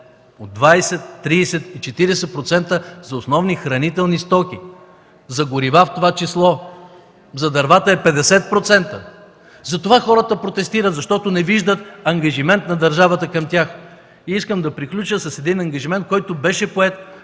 от 20-30 до 40% за основни хранителни стоки, за горива в това число. За дървата е 50%. Затова хората протестират, защото не виждат ангажимент на държавата към тях. Искам да приключа с един ангажимент, който беше поет